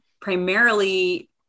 primarily